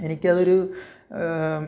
എനിക്കതൊരു